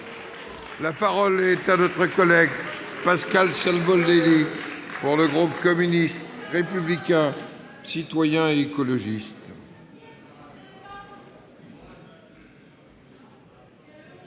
La parole est à M. Pascal Savoldelli, pour le groupe communiste républicain citoyen et écologiste.